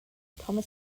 thomas